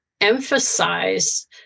emphasize